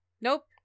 Nope